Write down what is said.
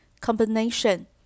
combination